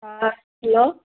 hello